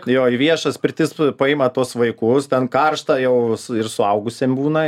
jo į viešas pirtis paima tuos vaikus ten karšta jau ir suaugusiem būna